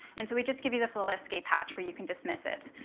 and so we just give you this little escape hatch where you can dismiss it.